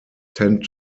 tend